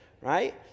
right